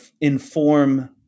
inform